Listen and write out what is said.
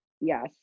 yes